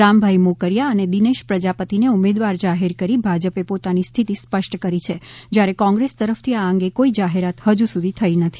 રામભાઇ મોકરિયા અને દિનેશ પ્રજાપતિને ઉમેદવાર જાહેર કરી ભાજપે પોતાની સ્થિતિ સ્પષ્ટ કરી છે જ્યારે કોંગ્રેસ તરફ થી આ અંગે કોઈ જાહેરાત હજુ સુધી થઈ નથી